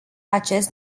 acest